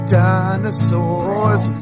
dinosaurs